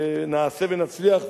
נעשה ונצליח,